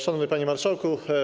Szanowny Panie Marszałku!